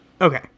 Okay